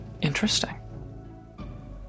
Interesting